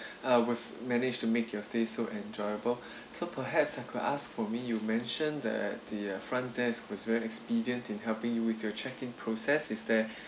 uh was managed to make your stay so enjoyable so perhaps I could ask for me you mention that the front desk was very expedient in helping you with your checking process is there